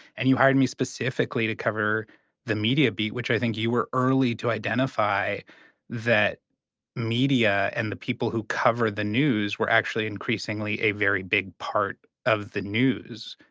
and you hired me specifically to cover the media beat, which i think you were early to identify that media and the people who covered the news were actually increasingly a very big part of the news.